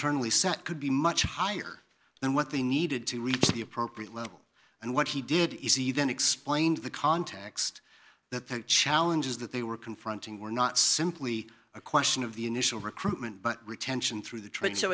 y set could be much higher than what they needed to reach the appropriate level and what he did is he then explained the context that the challenges that they were confronting were not simply a question of the initial recruitment but retention through the train so